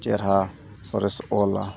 ᱪᱮᱦᱨᱟ ᱥᱚᱨᱮᱥ ᱚᱞᱟ